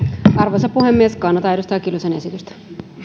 arvoisa puhemies kannatan edustaja kiljusen esitystä